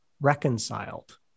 reconciled